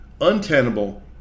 untenable